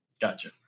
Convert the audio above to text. gotcha